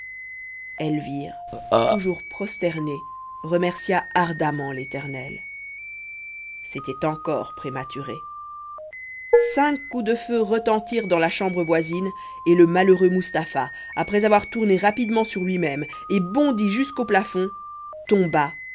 elvire toujours prosternée remercia ardemment l'éternel c'était encore prématuré cinq coups de feu retentirent dans la chambre voisine et le malheureux mustapha après avoir tourné rapidement sur lui-même et bondi jusqu'au plafond tomba